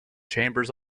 chambers